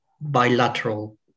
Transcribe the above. bilateral